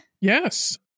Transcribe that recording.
yes